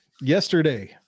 yesterday